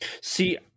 See